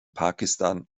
pakistan